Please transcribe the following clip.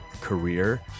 career